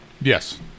Yes